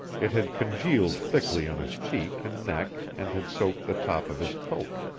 it had congealed thickly on his cheek and neck and had soaked the top of his coat.